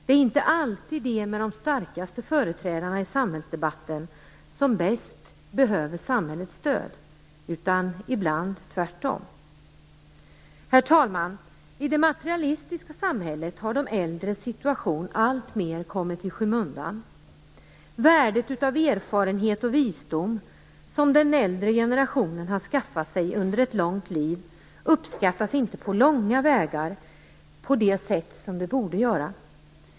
Det är inte alltid de med de starkaste företrädarna i samhällsdebatten som bäst behöver samhällets stöd, utan ibland är det tvärtom. Herr talman! I det materialistiska samhället har de äldres situation alltmer kommit i skymundan. Värdet av erfarenhet och visdom som den äldre generationen har skaffat sig under ett långt liv uppskattas inte på långa vägar på det sätt som det borde.